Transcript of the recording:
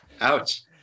Ouch